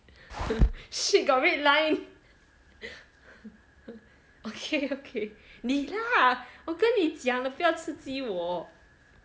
shit got red line okay okay 你 lah 我跟你讲不要刺激我